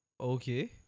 Okay